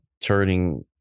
turning